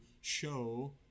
show